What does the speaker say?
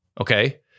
Okay